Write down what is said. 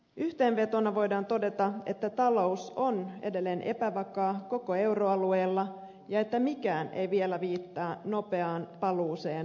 yhteenvetona voidaan todeta että talous on edelleen epävakaa koko euroalueella ja että mikään ei vielä viittaa nopeaan paluuseen normaalitilanteeseen